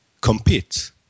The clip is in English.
compete